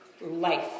life